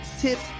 tips